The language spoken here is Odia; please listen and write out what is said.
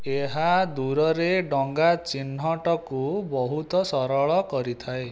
ଏହା ଦୂରରେ ଡଙ୍ଗା ଚିହ୍ନଟକୁ ବହୁତ ସରଳ କରିଥାଏ